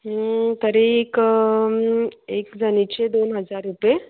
तरी एक एकजणीचे दोन हजार रुपये